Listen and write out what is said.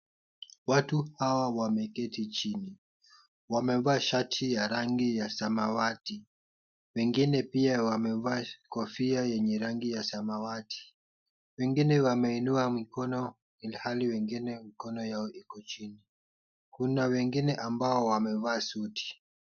Watu hawa wameketi chini, wamevaa shati ya rangi ya samawati, wengine pia wamevaa kofia yenye rangi ya samawati, wengine wameinua mikono ilhali wengine mikono yao iko chini. Kuna wengine ambao wamevaa suti.